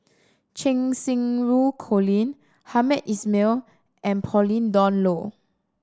Cheng Xinru Colin Hamed Ismail and Pauline Dawn Loh